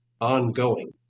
ongoing